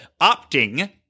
opting